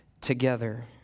together